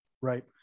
right